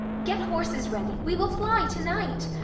get horses ready, we will fly to-night.